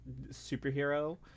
superhero